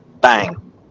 Bang